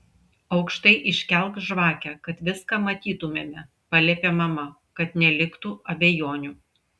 aukštai iškelk žvakę kad viską matytumėme paliepė mama kad neliktų abejonių